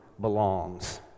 belongs